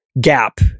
gap